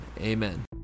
Amen